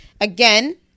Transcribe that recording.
Again